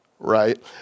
right